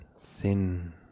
thin